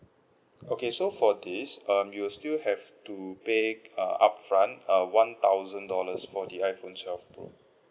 okay so for this um you'll still have to pay uh upfront uh one thousand dollars for the iPhone twelve pro